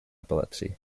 epilepsy